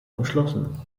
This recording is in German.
umschlossen